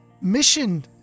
mission